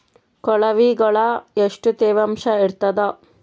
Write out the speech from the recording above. ಕೊಳವಿಗೊಳ ಎಷ್ಟು ತೇವಾಂಶ ಇರ್ತಾದ?